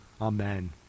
Amen